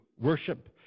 worship